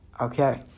Okay